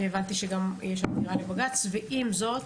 הבנתי שיש עתירה לבג"צ ועם זאת,